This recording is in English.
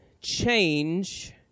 change